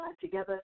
together